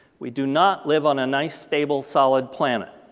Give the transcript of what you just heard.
we do not live on a nice, stable solid planet.